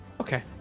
Okay